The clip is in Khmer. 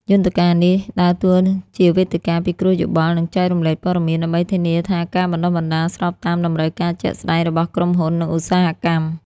យន្តការនេះដើរតួជាវេទិកាពិគ្រោះយោបល់ និងចែករំលែកព័ត៌មាន ដើម្បីធានាថាការបណ្តុះបណ្តាលស្របតាមតម្រូវការជាក់ស្តែងរបស់ក្រុមហ៊ុន និងឧស្សាហកម្ម។